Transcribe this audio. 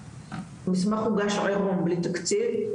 המסמך הוגש עירום בלי תקציב,